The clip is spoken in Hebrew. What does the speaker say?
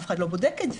אף אחד לא בודק את זה.